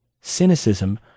Cynicism